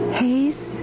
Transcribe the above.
haze